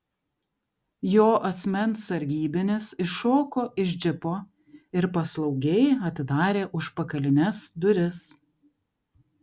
jo asmens sargybinis iššoko iš džipo ir paslaugiai atidarė užpakalines duris